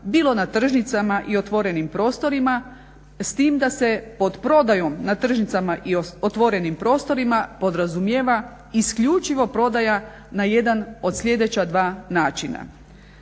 bilo na tržnicama i otvorenim prostorima. S time da se pod prodajom na tržnicama i otvorenim prostorima podrazumijeva isključivo prodaja na jedan od sljedeća dva načina.